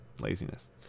Laziness